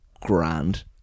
Grand